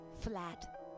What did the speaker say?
flat